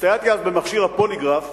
הסתייעתי אז במכשיר הפוליגרף